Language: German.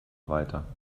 weiter